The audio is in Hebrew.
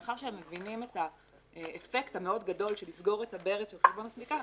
מאחר והם מבינים את האפקט הגדול מאוד של סגירת הברז של חשבון סליקה,